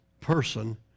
person